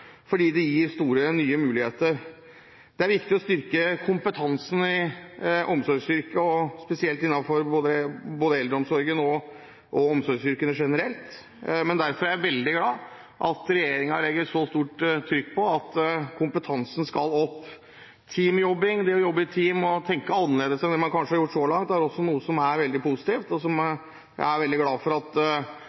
fordi det gir store, nye muligheter. Det er viktig å styrke kompetansen i omsorgsyrkene, spesielt innenfor eldreomsorgen og innenfor omsorgsyrkene generelt, og derfor er jeg veldig glad for at regjeringen legger så stort trykk på at kompetansen skal opp. Teamjobbing, det å jobbe i team og tenke annerledes enn det man kanskje har gjort så langt, er også noe som er veldig positivt. Jeg er veldig glad for at